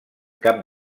cap